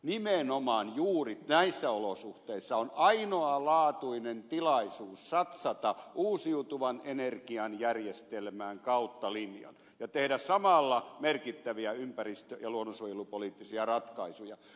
nimenomaan juuri näissä olosuhteissa on ainoalaatuinen tilaisuus satsata uusiutuvan energian järjestelmään kautta linjan ja tehdä samalla merkittäviä ympäristö ja luonnonsuojelupoliittisia ratkaisuja